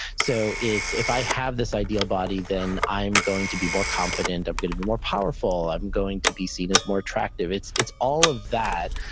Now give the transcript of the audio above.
so it's if i have this ideal body, then i'm going to be more confident. i'm going to be more powerful, i'm going to be seen as more attractive. it's it's all of that,